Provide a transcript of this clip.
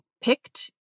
picked